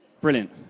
Brilliant